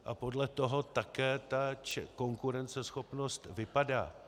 A podle toho také ta konkurenceschopnost vypadá.